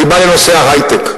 אני בא לנושא ההיי-טק.